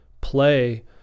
play